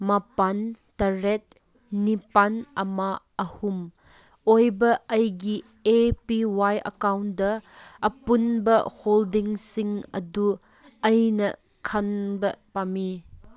ꯃꯥꯄꯟ ꯇꯔꯦꯠ ꯅꯤꯄꯥꯟ ꯑꯃ ꯑꯍꯨꯝ ꯑꯣꯏꯕ ꯑꯩꯒꯤ ꯑꯦ ꯄꯤ ꯋꯥꯏ ꯑꯦꯛꯀꯥꯎꯟꯗ ꯑꯄꯨꯟꯕ ꯍꯣꯜꯗꯤꯡꯁꯤꯡ ꯑꯗꯨ ꯑꯩꯅ ꯈꯪꯕ ꯄꯥꯝꯃꯤ